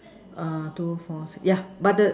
err two four six yeah but the